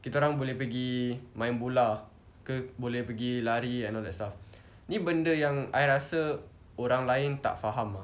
kita orang boleh pergi main bola ke boleh pergi lari and all that stuff ni benda yang I rasa orang lain tak faham ah